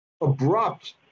abrupt